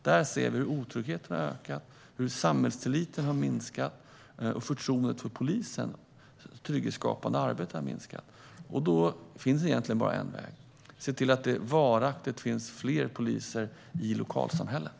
Där ser vi att otryggheten har ökat, att samhällstilliten har minskat och att förtroendet för polisens trygghetsskapande arbete har minskat. Då finns det egentligen bara en väg: att se till att det varaktigt finns fler poliser i lokalsamhället.